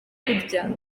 kurya